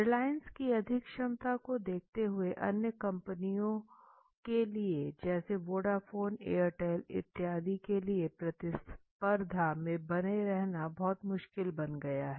रिलायंस की आर्थिक क्षमता को देखते हुए अन्य कंपनियों के लिए जैसे वोडाफोन एयरटेल इत्यादी के लिए प्रतिस्पर्धा में बने रहना बहुत मुश्किल बन गया है